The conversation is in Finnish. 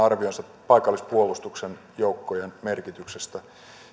arvioonsa paikallispuolustuksen joukkojen merkityksestä